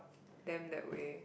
them that way